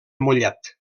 mollet